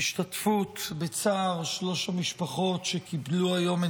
השתתפות בצער שלוש המשפחות שקיבלו היום את